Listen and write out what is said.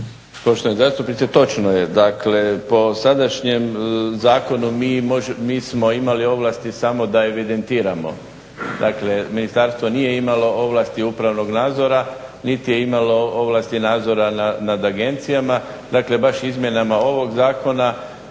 točno je dakle po sadašnjem zakonu mi smo imali ovlasti samo da evidentiramo. Dakle, ministarstvo nije imalo ovlasti upravnog nadzora, niti je imalo ovlasti nadzora nad agencijama. Dakle, baš izmjenama ovog zakona